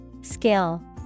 Skill